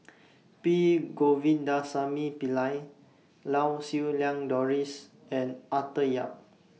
P Govindasamy Pillai Lau Siew Lang Doris and Arthur Yap